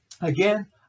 again